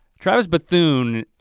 travis bathoon